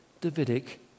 Davidic